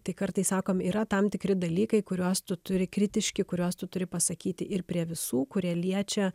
tai kartais sakom yra tam tikri dalykai kuriuos tu turi kritiški kuriuos tu turi pasakyti ir prie visų kurie liečia